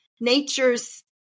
nature's